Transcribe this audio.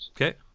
Okay